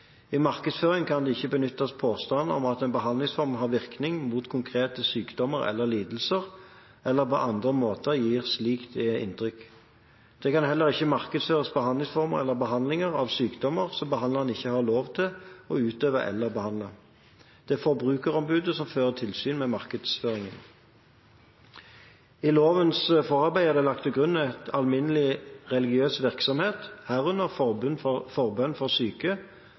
I markedsføringen kan det ikke benyttes påstand om at en behandlingsform har virkning mot konkrete sykdommer eller lidelser eller på andre måter gir slikt inntrykk. Det kan heller ikke markedsføres behandlingsformer eller behandlinger av sykdommer som behandleren ikke har lov til å utøve eller behandle. Det er Forbrukerombudet som fører tilsyn med markedsføringen. I lovens forarbeider er det lagt til grunn at alminnelig religiøs virksomhet, herunder forbønn for syke,